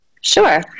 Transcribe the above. Sure